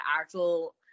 actual